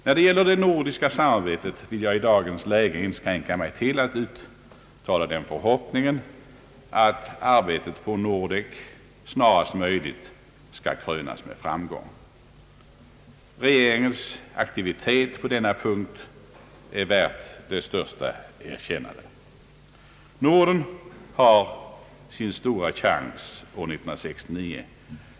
Vad gäller det nordiska samarbetet vill jag i dagens läge inskränka mig till att uttala den förhoppningen att arbetet på Nordek snarast möjligt skall krönas med framgång. Regeringens aktivitet på denna punkt är värd det största erkännande. Norden har sin stora chans år 1969.